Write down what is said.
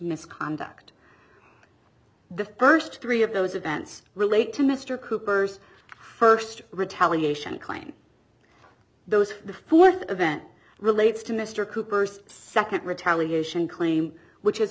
misconduct the first three of those events relate to mr cooper's first retaliation claim those who are the event relates to mr cooper's second retaliation claim which